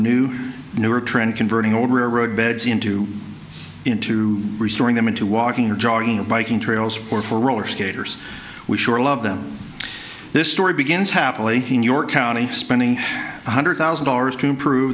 trend converting old railroad beds into into restoring them into walking or jogging or biking trails or for roller skaters we sure love them this story begins happily in your county spending one hundred thousand dollars to improve